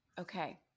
Okay